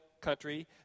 country